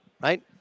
Right